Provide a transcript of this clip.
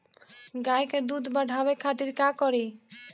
गाय के दूध बढ़ावे खातिर का करी?